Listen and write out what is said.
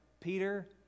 Peter